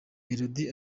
melody